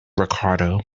ricardo